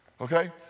Okay